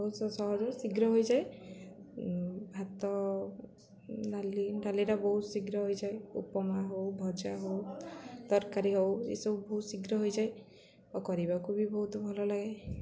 ବହୁତ ସହଜ ଶୀଘ୍ର ହୋଇଯାଏ ଭାତ ଡାଲି ଡାଲିଟା ବହୁତ ଶୀଘ୍ର ହୋଇଯାଏ ଉପମା ହଉ ଭଜା ହଉ ତରକାରୀ ହଉ ଏସବୁ ବହୁତ ଶୀଘ୍ର ହୋଇଯାଏ ଆଉ କରିବାକୁ ବି ବହୁତ ଭଲ ଲାଗେ